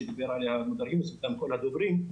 כפי שדיברו כבר כל הדוברים,